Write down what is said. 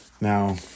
Now